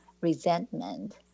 resentment